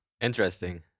Interesting